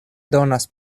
donas